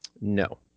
No